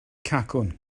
cacwn